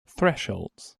thresholds